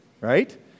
right